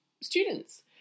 students